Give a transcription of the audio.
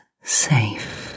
safe